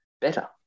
better